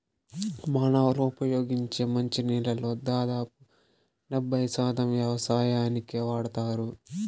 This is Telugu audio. మానవులు ఉపయోగించే మంచి నీళ్ళల్లో దాదాపు డెబ్బై శాతం వ్యవసాయానికే వాడతారు